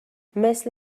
مثل